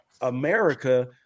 America